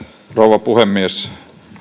rouva puhemies